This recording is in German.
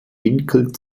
winkel